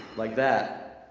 like that,